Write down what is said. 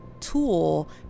tool